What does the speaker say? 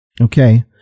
Okay